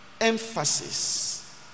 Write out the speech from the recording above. Emphasis